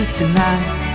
tonight